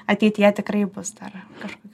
ateityje tikrai bus dar kažkokių